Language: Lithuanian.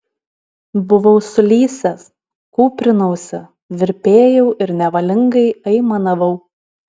buvau sulysęs kūprinausi virpėjau ir nevalingai aimanavau